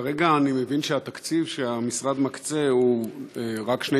כרגע אני מבין שהתקציב שהמשרד מקצה הוא רק שני